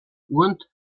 und